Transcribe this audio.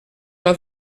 pas